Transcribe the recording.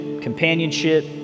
companionship